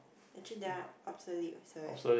actually they are obsolete also